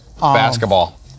Basketball